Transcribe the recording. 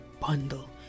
bundle